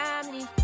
family